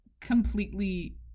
completely